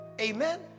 Amen